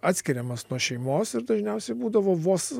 atskiriamas nuo šeimos ir dažniausiai būdavo vos